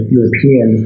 European